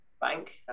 bank